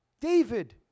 David